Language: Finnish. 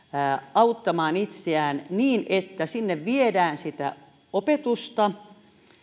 auttamaan itseään niin että sinne viedään sitä opetusta